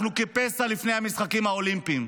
אנחנו כפסע לפני המשחקים האולימפיים.